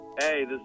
Hey